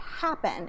happen